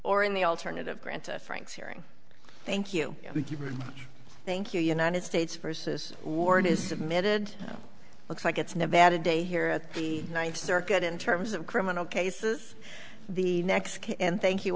or in the alternative grant frank's hearing thank you thank you united states versus warren is submitted looks like it's nevada day here at the ninth circuit in terms of criminal cases the next case and thank you